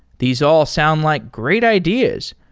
these all sound like great ideas.